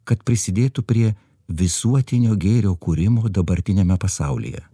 kad prisidėtų prie visuotinio gėrio kūrimo dabartiniame pasaulyje